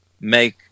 make